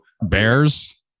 Bears